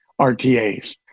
RTAs